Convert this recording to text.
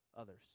others